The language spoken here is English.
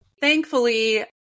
thankfully